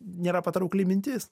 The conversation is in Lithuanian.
nėra patraukli mintis